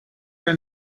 your